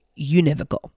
univocal